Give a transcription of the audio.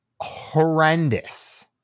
horrendous